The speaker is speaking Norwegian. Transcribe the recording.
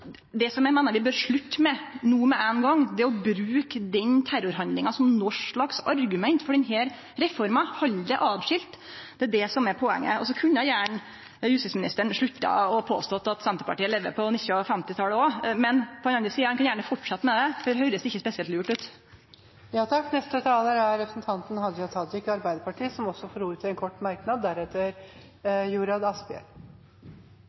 det var dei største einingane, m.a. Oslo politidistrikt, som svikta. Eg meiner vi no med ein gong må slutte å bruke denne terrorhandlinga som argument for denne reforma. Vi må halde desse tinga frå kvarandre. Det er det som er poenget. Så kunne justisministeren gjerne slutte å påstå at Senterpartiet lever på 1950-talet. På den andre sida kan han gjerne fortsetje med det, men det høyrest ikkje spesielt lurt ut. Representanten Hadia Tajik har også hatt ordet to ganger tidligere og får ordet til en kort merknad,